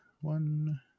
One